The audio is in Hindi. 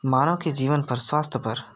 मानव के जीवन पर स्वास्थ्य पर